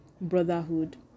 brotherhood